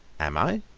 am i?